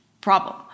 problem